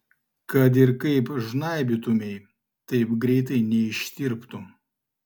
kad ir kaip žnaibytumei taip greitai neištirptų